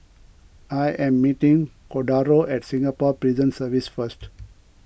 I am meeting Cordaro at Singapore Prison Service first